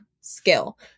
skill